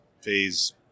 phase